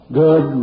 good